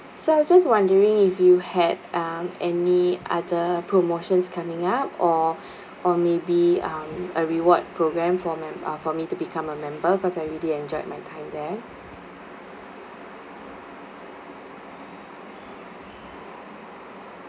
so I was just wondering if you had um any other promotions coming up or or maybe um a reward program for mem~ uh for me to become a member cause I really enjoyed my time there